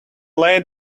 late